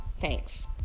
thanks